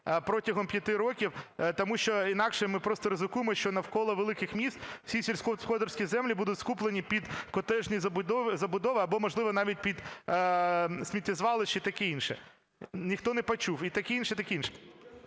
протягом 5 років, тому що інакше ми просто ризикуємо, що навколо великих міст всі сільськогосподарські землі будуть скуплені під котеджні забудови, або, можливо, навіть під сміттєзвалища і таке інше. Ніхто не почув, і таке інше, і таке інше.